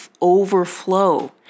overflow